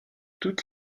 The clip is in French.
toutes